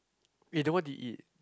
eh then what did you eat